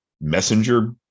messenger